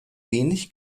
wenig